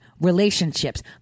relationships